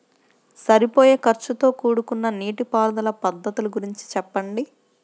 సరిపోయే ఖర్చుతో కూడుకున్న నీటిపారుదల పద్ధతుల గురించి చెప్పండి?